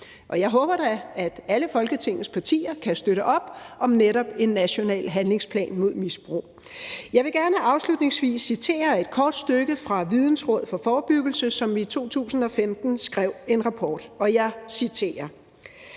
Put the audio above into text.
Jeg håber da, at alle Folketingets partier kan støtte op om netop en national handlingsplan mod misbrug. Jeg vil gerne afslutningsvis citere et kort stykke fra Vidensråd for Forebyggelse, som i 2015 skrev en rapport. Jeg citerer: